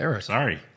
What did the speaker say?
Sorry